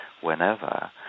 whenever